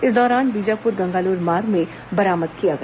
इस दौरान बीजापुर गंगालुर मार्ग में बरामद किया गया